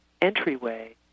entryway